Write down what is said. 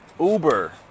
Uber